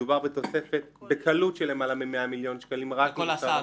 מדובר בתוספת בקלות של למעלה מ-100 מיליון שקלים רק --- לכל הסעה,